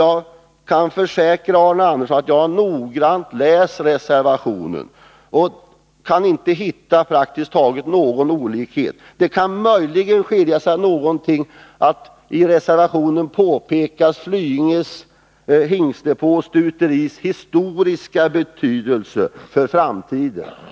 Jag kan försäkra Arne Andersson i Ljung att jag noggrant har läst reservationen och inte kan hitta — praktiskt taget — någon olikhet. Det kan möjligen skilja sig något i och med att reservationen påpekar Flyinges hingstdepås och stuteris historiska betydelse för framtiden.